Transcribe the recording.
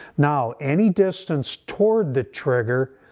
now, any distance toward the trigger,